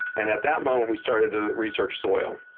and at that moment, we started to research soil.